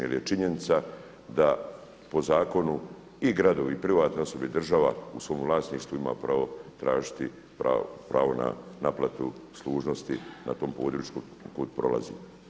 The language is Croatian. Jer je činjenica da po zakonu i gradovi i pravna osoba i država u svom vlasništvu ima pravo tražiti pravo na naplatu služnosti na tom području kud prolazi.